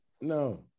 No